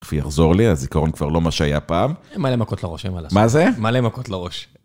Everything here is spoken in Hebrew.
תיכף יחזור לי לזיכרון כבר לא מה שהיה פעם. הן מלא מכות לראש, מה זה?! מלא מכות לראש.